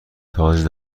تاج